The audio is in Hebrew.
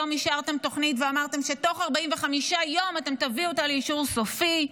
היום אישרתם תוכנית ואמרתם שתוך 45 יום אתם תביאו אותה לאישור סופי,